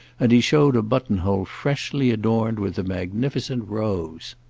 and he showed a buttonhole freshly adorned with a magnificent rose.